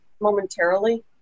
momentarily